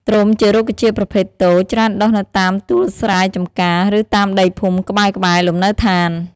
ត្រុំជារុក្ខជាតិប្រភេទតូច ច្រើនដុះនៅតាមទួលស្រែចម្ការ ឬ តាមដីភូមិក្បែរៗ លំនៅស្ថាន។